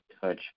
touch